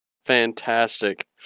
fantastic